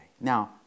Now